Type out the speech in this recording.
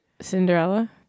Cinderella